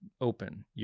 open